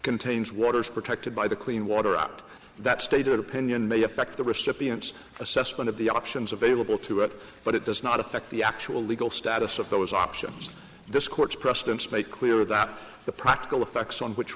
contains water is protected by the clean water act that stated opinion may affect the recipients assessment of the options available to it but it does not affect the actual legal status of those options this court's precedents make clear that the practical effects on which